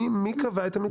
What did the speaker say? מי קבע את המגבלה?